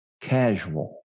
casual